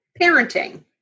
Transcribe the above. parenting